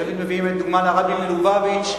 תמיד מביאים כדוגמה את הרבי מלובביץ',